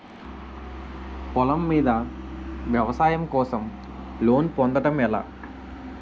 పొలం మీద వ్యవసాయం కోసం లోన్ పొందటం ఎలా?